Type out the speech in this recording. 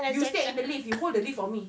you stay in the lift you hold the lift for me